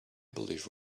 believe